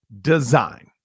Design